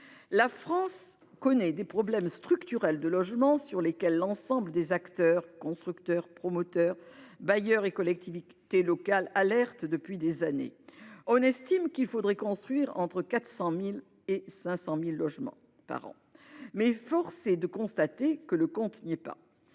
La France connaît des problèmes structurels de logement, sur lesquels l'ensemble des acteurs, constructeurs, promoteurs, bailleurs et collectivités locales alertent depuis des années. Il faudrait construire entre 400 000 et 500 000 logements par an. Force est de constater que le compte n'y est pas.